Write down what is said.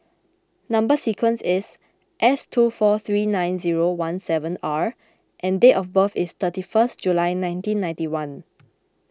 Number Sequence is S two four three nine zero one seven R and date of birth is thirty one July nineteen ninety one